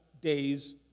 day's